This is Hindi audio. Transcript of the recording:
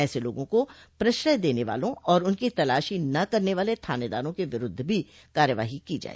ऐसे लोगों को प्रश्रय देने वालों और उनकी तलाशी न करने वाले थानेदारों के विरुद्ध भी कार्यवाही की जाए